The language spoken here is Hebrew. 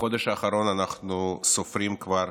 בחודש האחרון אנחנו סופרים כבר